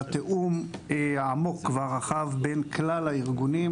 זה התיאום העמוק והרחב בין כלל הארגונים,